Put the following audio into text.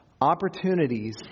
opportunities